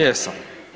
Jesam.